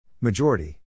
Majority